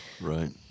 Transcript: Right